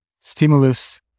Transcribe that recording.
stimulus